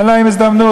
אין להם הזדמנות,